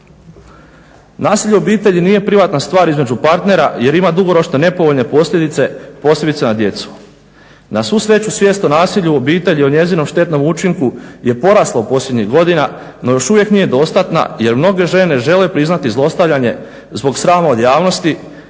Nasilje u obitelji nije privatna stvar između partnera jer ima dugoročno nepovoljne posljedice posebice na djecu. Na svu sreću svijet o nasilju u obitelji o njezinom štetnom učinku je porasla posljednjih godina no još uvijek nije dostatna jer mnoge žene ne žele priznati zlostavljanje zbog srama od javnosti